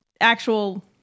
actual